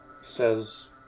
says